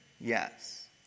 Yes